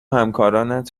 همکارانت